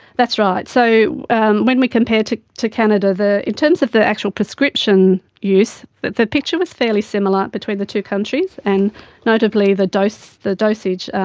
that's right. so when we compare to to canada, in terms of the actual prescription use, the the picture was fairly similar between the two countries, and notably the dosage the dosage